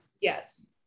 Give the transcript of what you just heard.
yes